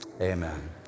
amen